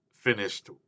finished